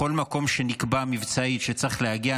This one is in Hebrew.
לכל מקום שנקבע מבצעית שצריך להגיע,